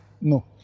no